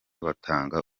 batanga